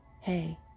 hey